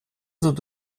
dut